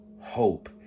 hope